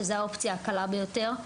שזוהי האופציה הקלה ביותר,